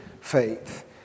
faith